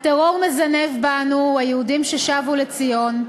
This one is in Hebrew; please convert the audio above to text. הטרור מזנב בנו, היהודים ששבו לציון,